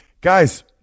Guys